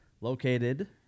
located